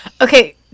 okay